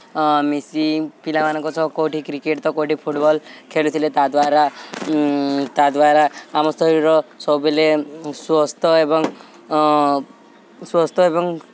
ମିଶି ପିଲାମାନଙ୍କ ସହ କେଉଁଠି କ୍ରିକେଟ୍ ତ କେଉଁଠି ଫୁଟ୍ବଲ୍ ଖେଳୁଥିଲେ ତା'ଦ୍ଵାରା ତା'ଦ୍ଵାରା ଆମ ଶରୀର ସବୁବେଲେ ସୁସ୍ଥ ଏବଂ ସୁସ୍ଥ ଏବଂ